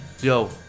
yo